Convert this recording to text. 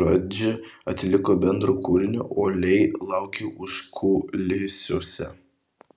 radži atliko bendrą kūrinį uoliai laukė užkulisiuose